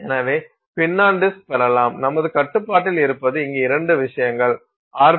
எனவே pin on disk பெறலாம் நமது கட்டுப்பாட்டில் இருப்பது இங்கே இரண்டு விஷயங்கள் ஆர்